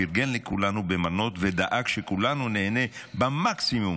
פרגן לכולנו במנות ודאג שכולנו ניהנה במקסימום,